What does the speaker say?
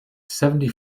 seventy